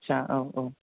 आदसा औ औ